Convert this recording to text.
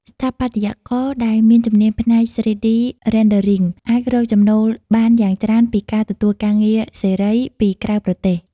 ស្ថាបត្យករដែលមានជំនាញផ្នែក 3D Rendering អាចរកចំណូលបានយ៉ាងច្រើនពីការទទួលការងារសេរី ពីក្រៅប្រទេស។